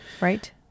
Right